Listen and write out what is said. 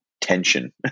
tension